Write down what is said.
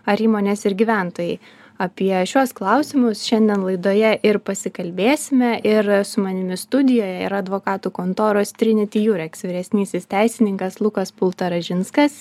ar įmonės ir gyventojai apie šiuos klausimus šiandien laidoje ir pasikalbėsime ir su manimi studijoje yra advokatų kontoros triniti jurex vyresnysis teisininkas lukas pultaražinskas